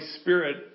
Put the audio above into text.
Spirit